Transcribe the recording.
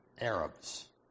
Arabs